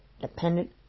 dependent